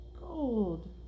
gold